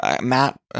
Matt